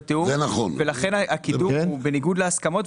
ולכן הקידום הוא בניגוד להסכמות.